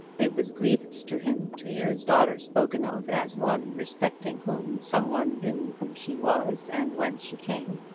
it was grievous to him to hear his daughter spoken of as one respecting whom some one knew who she was and whence she came.